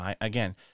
Again